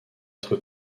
être